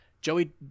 Joey